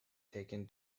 taken